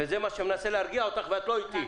אני מנסה להרגיע אותך לגבי זה אבל את לא איתי.